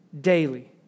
daily